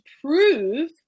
prove